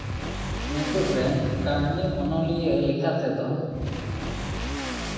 ᱱᱤᱛᱚᱜ ᱨᱮᱱ ᱠᱟᱹᱦᱱᱤ ᱚᱱᱚᱞᱤᱭᱟᱹ ᱞᱮᱠᱟ ᱛᱮᱫᱚ